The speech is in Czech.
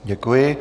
Děkuji.